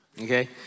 Okay